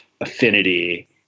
affinity